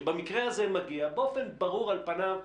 במקרה הזה מגיע באופן ברור על פניו,